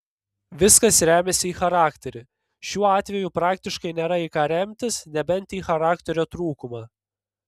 viskas remiasi į charakterį šiuo atveju praktiškai nėra į ką remtis nebent į charakterio trūkumą